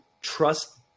trust